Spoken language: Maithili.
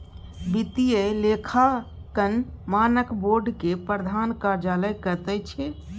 वित्तीय लेखांकन मानक बोर्ड केर प्रधान कार्यालय कतय छै